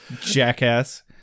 Jackass